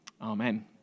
Amen